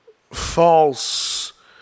false